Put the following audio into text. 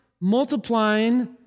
multiplying